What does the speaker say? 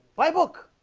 by book